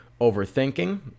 overthinking